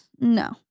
No